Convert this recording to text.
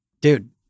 dude